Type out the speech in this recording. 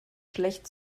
schlecht